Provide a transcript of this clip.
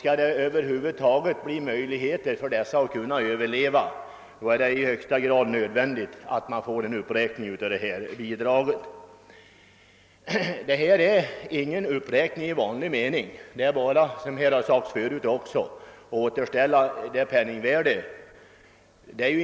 Om det över huvud taget skall bli möjligt för dessa att överleva, är det i högsta grad nödvändigt, att man får till stånd en uppräkning av detta bidrag. Det som här föreslagits är ingen uppräkning i vanlig mening; det är bara såsom sagts förut, fråga om att återställa bidragets ursprungliga penningvärde.